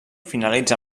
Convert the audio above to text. finalitza